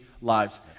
lives